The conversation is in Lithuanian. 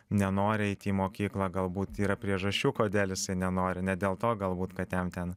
nenori eiti į mokyklą galbūt yra priežasčių kodėl jisai nenori ne dėl to galbūt kad jam ten